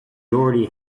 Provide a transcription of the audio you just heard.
already